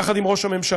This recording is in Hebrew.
יחד עם ראש הממשלה,